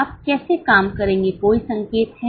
आप कैसे काम करेंगे कोई संकेत है